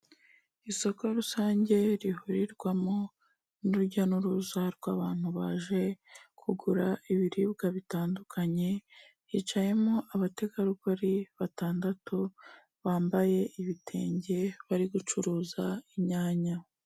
Isoko rusange rihurirwamo n'urujya n'uruza rw'abantu baje kugura ibiribwa bitandukanye, hicayemo abategarugori batandatu, bambaye ibitenge, bari gucuruza inyanya.